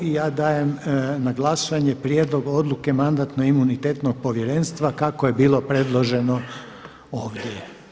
I ja dajem na glasovanje prijedlog odluke Mandatno-imunitetnog povjerenstva kako je bilo predloženo ovdje.